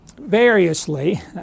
variously